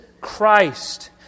Christ